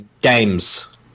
Games